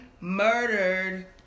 murdered